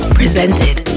presented